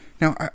Now